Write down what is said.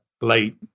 late